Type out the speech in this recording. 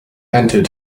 entered